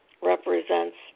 represents